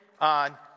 on